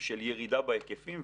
של ירידה בהיקפים,